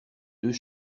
deux